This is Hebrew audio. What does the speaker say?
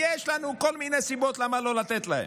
יש לנו כל מיני סיבות למה לא לתת להם.